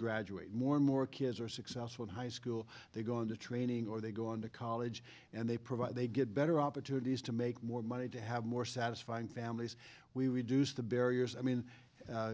graduate more and more kids are successful in high school they go into training or they go on to college and they provide they get better opportunities to make more money to have more satisfying families we reduce the barriers i mean